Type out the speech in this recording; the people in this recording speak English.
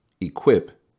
Equip